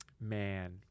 Man